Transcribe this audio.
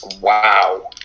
wow